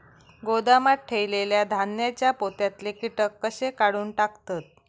गोदामात ठेयलेल्या धान्यांच्या पोत्यातले कीटक कशे काढून टाकतत?